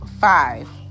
Five